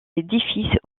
édifice